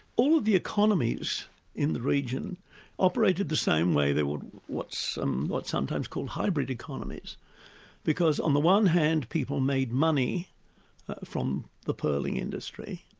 all of the economies in the region ah the same way. they were what's um what's sometimes called hybrid economies because on the one hand people made money from the pearling industry,